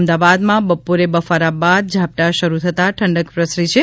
અમદાવાદમાં બપોરે બફારા બાદ ઝાપટાં શરુ થતાં ઠંડક પ્રસરી છે